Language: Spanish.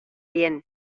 bien